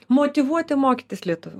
motyvuoti mokytis lietuvių